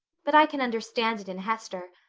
but i can understand it in hester.